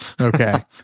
Okay